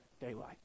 daylight